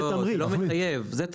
לא, זה לא מחייב, זה תמריץ.